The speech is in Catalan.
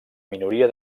minoria